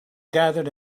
gathered